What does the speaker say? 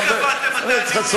חבר הכנסת חסון,